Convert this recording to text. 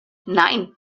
nein